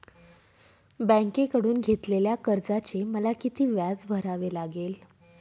बँकेकडून घेतलेल्या कर्जाचे मला किती व्याज भरावे लागेल?